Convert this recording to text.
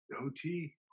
OT